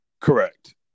Correct